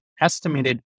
estimated